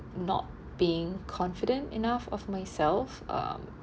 not being confident enough of myself um